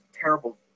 terrible